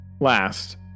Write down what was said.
Last